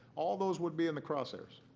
all those would be in the crosshairs.